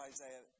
Isaiah